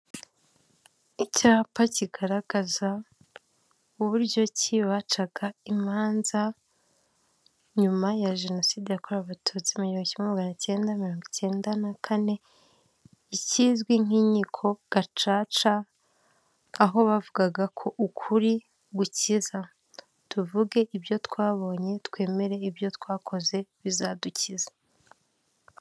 Icyapa kigaragaza uburyo ki bacaga imanza nyuma ya jenoside yakorewe Abatutsi mu gihumbi kimwe na maganacyenda mirongo icyenda na kane, ikizwi nk'inkiko gacaca aho bavugaga ko ukuri gukiza, tuvuge ibyo twabonye twemere ibyo twakoze bizadukiza.